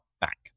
back